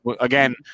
again